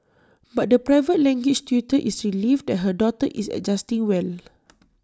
but the private language tutor is relieved that her daughter is adjusting well